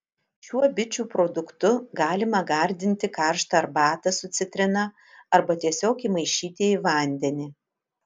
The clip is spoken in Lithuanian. šiuo bičių produktu galima gardinti karštą arbatą su citrina arba tiesiog įmaišyti į vandenį